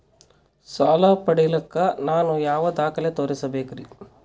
ಸಾಲ ಪಡಿಲಿಕ್ಕ ನಾನು ಯಾವ ದಾಖಲೆ ತೋರಿಸಬೇಕರಿ?